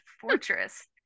fortress